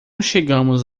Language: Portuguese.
chegamos